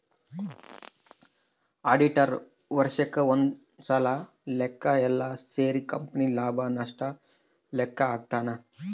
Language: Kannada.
ಆಡಿಟರ್ ವರ್ಷಕ್ ಒಂದ್ಸಲ ಲೆಕ್ಕ ಯೆಲ್ಲ ಸೇರಿ ಕಂಪನಿ ಲಾಭ ನಷ್ಟ ಲೆಕ್ಕ ಹಾಕ್ತಾನ